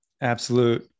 Absolute